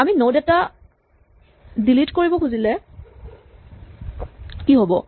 আমি নড এটা ডিলিট কৰিব খুজিলে কি হ'ব